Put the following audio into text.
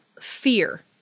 fear